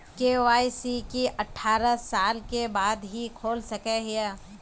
KYC की अठारह साल के बाद ही खोल सके हिये?